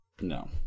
No